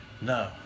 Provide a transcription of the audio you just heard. No